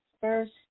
first